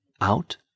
out